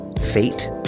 fate